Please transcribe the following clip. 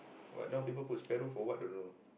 what now people put sparrow for what don't know